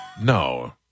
No